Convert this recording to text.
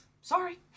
sorry